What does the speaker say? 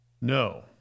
no